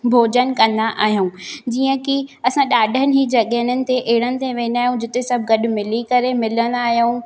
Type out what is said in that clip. भोजन कंदा आहियूं जीअं की असां ॾाढनि ई जॻहननि ते अहिड़नि ते वेंदा आहियूं जिते सभु गॾु मिली करे मिलंदा आहियूं